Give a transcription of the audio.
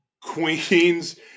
queens